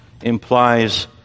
implies